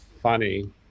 funny